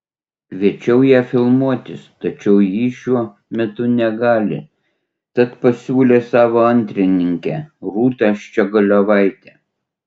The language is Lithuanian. kviečiau ją filmuotis tačiau ji šiuo metu negali tad pasiūlė savo antrininkę rūtą ščiogolevaitę